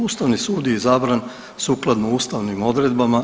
Ustavni sud je izabran sukladno ustavnim odredbama.